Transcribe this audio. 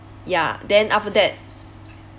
ya then after that